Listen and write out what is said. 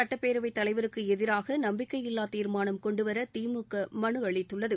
சட்டப்பேரவைத் தலைவருக்கு எதிராக நம்பிக்கையில்லா தீர்மானம் கொண்டுவர திமுக மனு அளித்துள்ளது